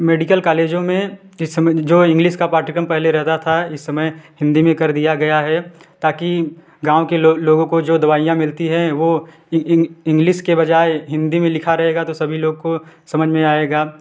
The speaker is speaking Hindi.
मेडिकल कालेजों में जिस समय जो इंग्लिस का पाठ्यक्रम पहले रहता था इस समय हिन्दी में कर दिया गया है ताकि गाँव के लोगों को जो दवाइयाँ मिलती है वो इंग्लिस के बजाय हिन्दी में लिखा रहेगा तो सभी लोग को समझ में आएगा